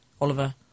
Oliver